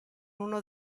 uno